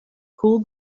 cool